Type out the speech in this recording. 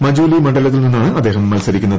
മജൂലി മണ്ഡലത്തിൽ നിന്നാണ് അദ്ദേഹം മത്സരിക്കുന്നത്